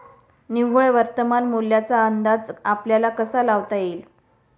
निव्वळ वर्तमान मूल्याचा अंदाज आपल्याला कसा लावता येईल?